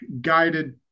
guided